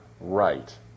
right